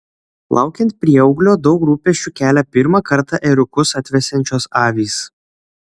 laukiant prieauglio daug rūpesčių kelia pirmą kartą ėriukus atvesiančios avys